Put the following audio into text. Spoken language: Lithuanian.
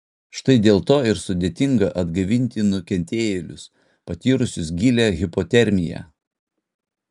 štai dėl to ir sudėtinga atgaivinti nukentėjėlius patyrusius gilią hipotermiją